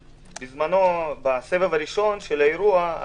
בזמנו, בסבב הראשון של האירוע,